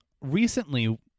recently